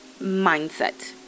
mindset